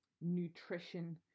nutrition